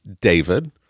David